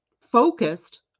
focused